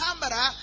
camera